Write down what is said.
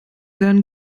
wären